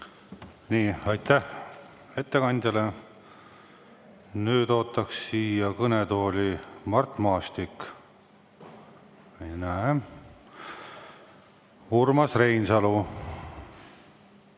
Aitäh! Aitäh ettekandjale! Nüüd ootan siia kõnetooli Mart Maastikku. Ei näe. Urmas Reinsalu!